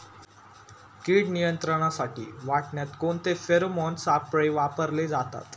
कीड नियंत्रणासाठी वाटाण्यात कोणते फेरोमोन सापळे वापरले जातात?